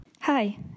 Hi